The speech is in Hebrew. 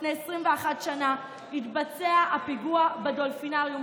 לפני 21 שנה התבצע הפיגוע בדולפינריום,